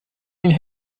ihnen